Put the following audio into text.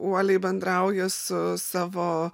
uoliai bendrauja su savo